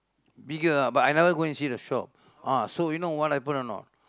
bigger ah but I never go and see the shop ah so you know what happen or not